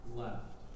left